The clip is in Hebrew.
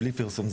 בלי פרסום,